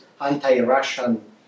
anti-Russian